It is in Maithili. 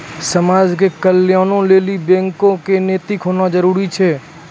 समाज के कल्याणों लेली बैको क नैतिक होना जरुरी छै